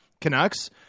Canucks